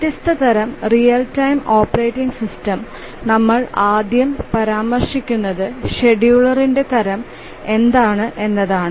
വ്യത്യസ്ത തരം real time operating system നമ്മൾ ആദ്യം പരാമർശിക്കുന്നത് ഷെഡ്യൂളറിന്റെ തരം എന്താണ് എന്നതാണ്